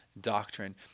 doctrine